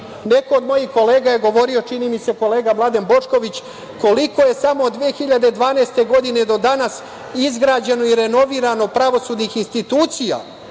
od mojih kolega je govorio, čini mi se kolega Mladen Bošković, koliko je samo od 2012. godine do danas izgrađeno i renovirano pravosudnih institucija,